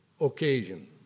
occasion